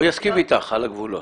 הוא יסכים איתך על הגבולות.